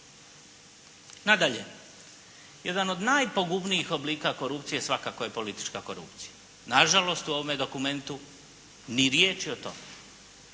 Nadalje, jedan od najpogubnijih oblika korupcije svakako je politička korupcija. Na žalost u ovome dokumentu ni riječi o tome.